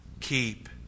keep